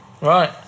Right